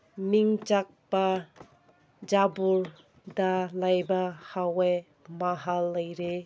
ꯃꯤꯡ ꯆꯠꯄ ꯖꯥꯏꯄꯨꯔꯗ ꯂꯩꯕ ꯍꯧꯋꯦ ꯃꯍꯥꯜ ꯂꯩꯔꯦ